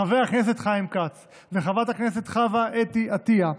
חבר הכנסת חיים כץ וחברת הכנסת חוה אתי עטייה,